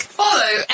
follow